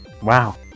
Wow